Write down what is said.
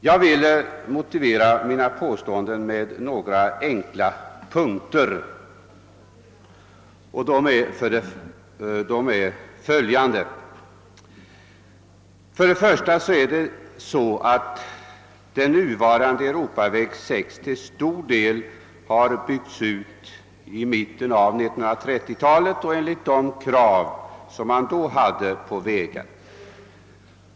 Jag vill motivera mina påståenden i följande punkter. 1. Nuvarande Europaväg 6 har till stor del byggts ut i mitten av 1930-talet enligt de krav som då ställdes på vägar.